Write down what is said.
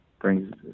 brings